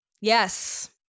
Yes